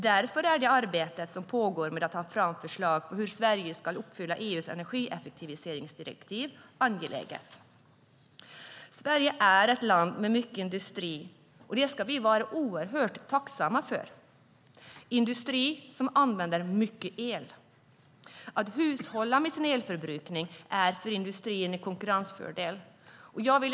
Därför är det arbete som pågår med att ta fram förslag på hur Sverige ska uppfylla EU:s energieffektiviseringsdirektiv angeläget. Sverige är ett land med mycket industri, och det ska vi vara oerhört tacksamma för. Det är en industri som använder mycket el. Att hushålla med sin elförbrukning är en konkurrensfördel för industrin.